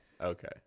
Okay